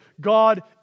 God